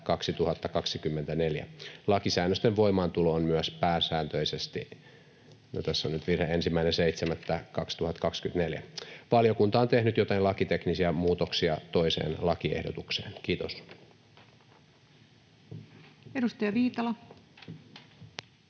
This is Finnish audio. Lakisäännösten voimaantulo on myös pääsääntöisesti — no, tässä on nyt virhe — 1.7.2024. Valiokunta on tehnyt joitain lakiteknisiä muutoksia toiseen lakiehdotukseen. — Kiitos. [Speech 93]